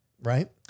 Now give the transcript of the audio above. right